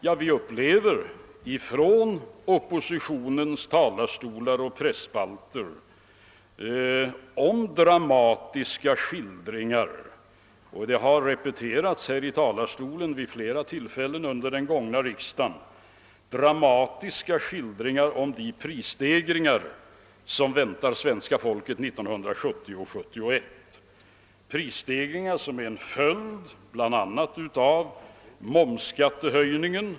Jo, vi upplever att oppositionen från talarstolar och i presspalter ger dramatiska skildringar — det har repeterats från denna talarstol vid flera tillfällen under innevarande session — av de prisstegringar som väntar svenska folket under 1970 och 1971, prisstegringar som är en följd bl.a. av momshöjningen.